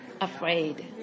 afraid